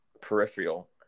peripheral